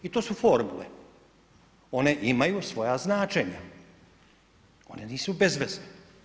I to su formule, one imaju svoja značenja, one nisu bezvezne.